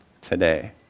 today